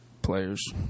players